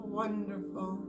wonderful